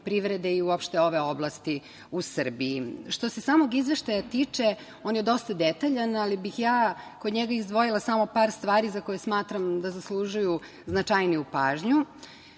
privrede i uopšte ove oblasti u Srbiji. Što se samog Izveštaja tiče, on je dosta detaljan, ali bih ja kod njega izdvojila samo par stvari za koje smatram da zaslužuju značajniji pažnju.